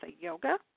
yoga